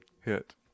hit